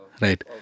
right